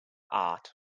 art